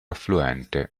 affluente